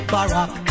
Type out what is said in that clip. Barack